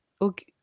okay